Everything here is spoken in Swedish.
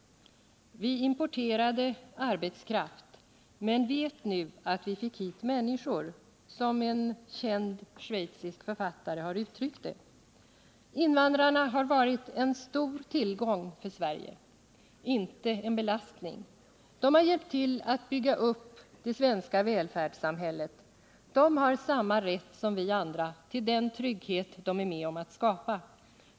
”Vi importerade arbetskraft men vet nu att vi fick hit människor”, som en känd schweizisk författare har uttryckt det. Invandrarna har varit en stor tillgång för Sverige, inte en belastning. De har hjälpt till att bygga upp det svenska välfärdssamhället. De har samma rätt som vi andra till den trygghet de är med om att skapa.